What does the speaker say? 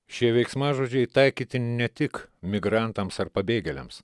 šie veiksmažodžiai taikytini ne tik migrantams ar pabėgėliams